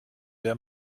der